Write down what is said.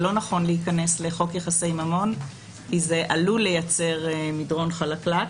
שלא נכון להיכנס לחוק יחסי ממון כי זה עלול לייצר מדרון חלקלק.